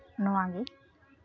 ᱱᱚᱣᱟ ᱜᱮ